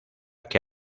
que